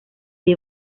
the